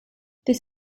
this